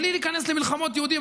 בלי להיכנס למלחמות יהודים,